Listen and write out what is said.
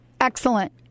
Excellent